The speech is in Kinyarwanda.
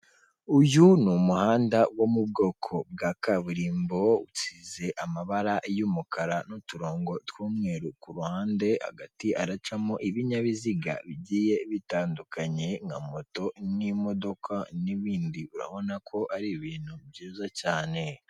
Uyu ni umuhanda wo mu bwoko bwa kaburimbo, usize amabara y'umukara n'uturongo tw'umweru kuhande, hagati haracamo ibinyabiziga bigiye bitandukanye nka moto n'imodoka n'ibindi, urabona ko ari ibintu byiza cyane.